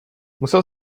musel